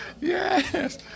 yes